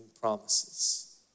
promises